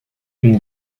une